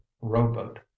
rowboat